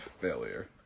failure